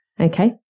Okay